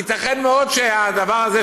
ייתכן מאוד שבדבר הזה,